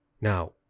Now